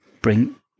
bring